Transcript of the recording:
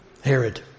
Herod